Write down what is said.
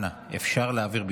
אנא, אפשר להעביר ביקורת,